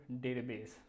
database